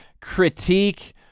critique